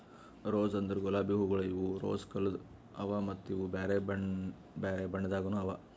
rose ಅಂದುರ್ ಗುಲಾಬಿ ಹೂವುಗೊಳ್ ಇವು ರೋಸಾ ಕುಲದ್ ಅವಾ ಮತ್ತ ಇವು ಬೇರೆ ಬೇರೆ ಬಣ್ಣದಾಗನು ಅವಾ